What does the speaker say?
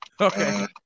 Okay